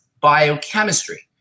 biochemistry